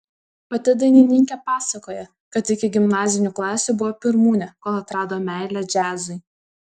pati dainininkė pasakoja kad iki gimnazinių klasių buvo pirmūnė kol atrado meilę džiazui